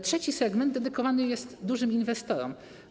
Trzeci segment dedykowany jest dużym inwestorom.